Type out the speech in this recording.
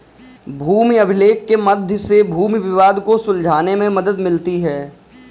भूमि अभिलेख के मध्य से भूमि विवाद को सुलझाने में मदद मिलती है